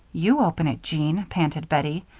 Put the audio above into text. you open it, jean, panted bettie.